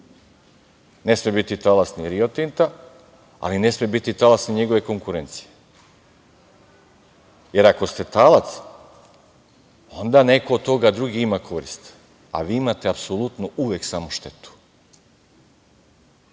Ne sme biti talac ni Rio Tinta, ne sme biti talas ni njegove konkurencije. Jer, ako ste talac, onda neko od toga drugi ima korist, a vi imate apsolutno uvek samo štetu. Zato